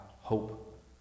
hope